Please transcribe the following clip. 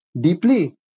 deeply